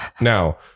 Now